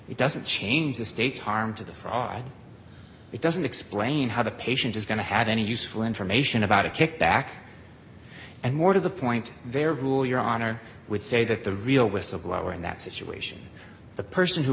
it doesn't change the state's harm to the fraud it doesn't explain how the patient is going to have any useful information about a kickback and more to the point very rule your honor would say that the real whistleblower in that situation the person who